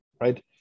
right